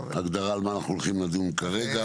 הגדרה על מה אנחנו הולכים לדון כרגע,